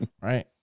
right